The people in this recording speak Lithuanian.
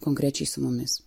konkrečiai su mumis